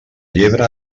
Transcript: llebre